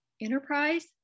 Enterprise